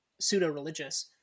pseudo-religious